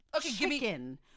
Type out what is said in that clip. chicken